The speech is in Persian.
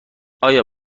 آیا